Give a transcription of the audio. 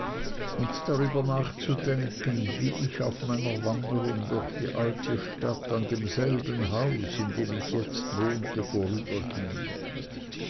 und darüber nachzudenken wie ich auf meiner wanderung durch die alte stadt an demselben haus in dem ich jetzt wohnte